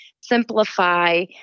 simplify